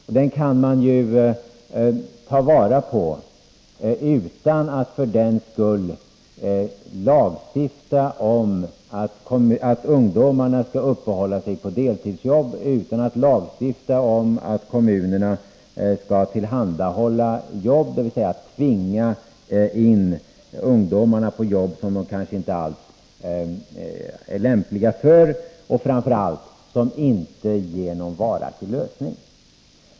Och det kan man ta vara på, utan att för den skull lagstifta om att ungdomarna skall uppehålla sig på deltidsjobb, utan att lagstifta om att kommunerna skall tillhandahålla jobb, dvs. tvinga in ungdomarna på jobb som de kanske inte alls är lämpliga för och, framför allt, som inte ger någon varaktig lösning.